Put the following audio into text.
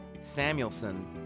Samuelson